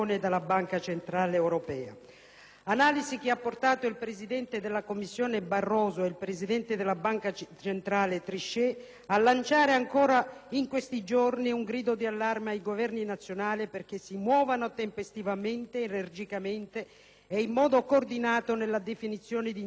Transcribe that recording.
analisi ha portato il presidente della Commissione Barroso e il presidente della Banca centrale europea Trichet a lanciare, ancora in questi giorni, un grido di allarme ai Governi nazionali perché si muovano tempestivamente, energicamente ed in modo coordinato nella definizione di interventi produttivi e strutturali,